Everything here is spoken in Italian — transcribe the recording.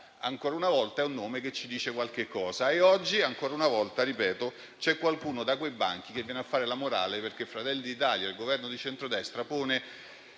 ancora una volta qualcosa. Oggi, ancora una volta, ripeto, c'è qualcuno da quei banchi che viene a fare la morale perché Fratelli d'Italia e il Governo di centrodestra usano